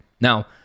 Now